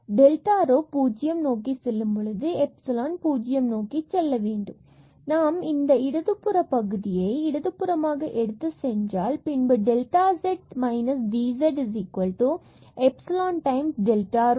delta rho பூஜ்யம் நோக்கிச் செல்லும் பொழுது எப்சிலான் பூஜ்ஜியத்தை நோக்கிச் செல்ல வேண்டும் மற்றும் நாம் இந்தப் பகுதியை இடது புறமாக எடுத்து சென்றால் பின்பு delta delta z dz epsilon times delta rho